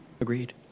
Agreed